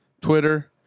Twitter